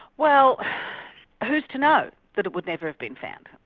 well who's to know that it would never have been found.